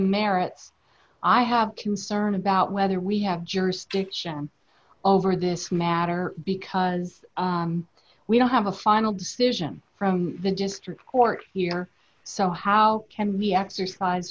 merits i have concern about whether we have jurisdiction over this matter because we don't have a final decision from the district court here so how can we exercise